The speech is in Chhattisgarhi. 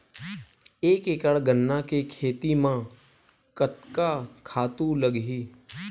एक एकड़ गन्ना के खेती म कतका खातु लगही?